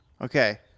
Okay